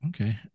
Okay